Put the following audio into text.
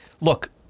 look